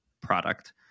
product